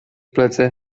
plecy